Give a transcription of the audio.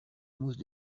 mousse